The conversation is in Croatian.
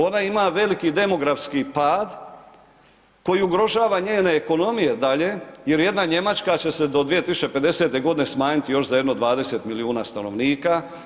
Ona ima veliki demografski pad koji ugrožava njene ekonomije dalje jer jedna Njemačka će se do 2050. godine smanjiti još za jedno 20 milijuna stanovnika.